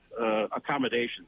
accommodations